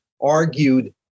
argued